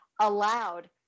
allowed